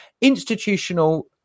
Institutional